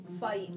fight